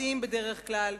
פרטיים בדרך כלל,